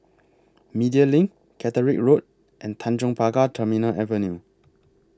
Media LINK Caterick Road and Tanjong Pagar Terminal Avenue